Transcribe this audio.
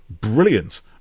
brilliant